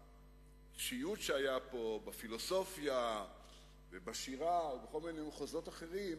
מהשיוט שהיה פה בפילוסופיה ובשירה ובכל מיני מחוזות אחרים,